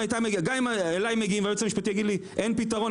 גם אם אליי היו מגיעים והיועץ המשפטי היה אומר לי: אין פתרון,